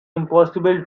impossible